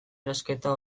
erosketa